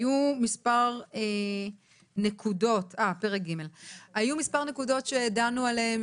היו מספר נקודות שדנו עליהם